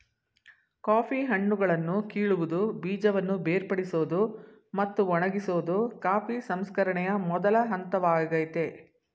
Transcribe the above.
coffee ಹಣ್ಣುಗಳನ್ನು ಕೀಳುವುದು ಬೀಜವನ್ನು ಬೇರ್ಪಡಿಸೋದು ಮತ್ತು ಒಣಗಿಸೋದು ಕಾಫಿ ಸಂಸ್ಕರಣೆಯ ಮೊದಲ ಹಂತವಾಗಯ್ತೆ